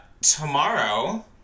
tomorrow